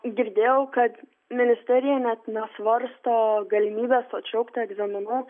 girdėjau kad ministerija net nesvarsto galimybės atšaukti egzaminų